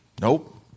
Nope